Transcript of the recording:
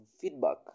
feedback